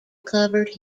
covered